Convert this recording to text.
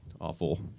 awful